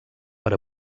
per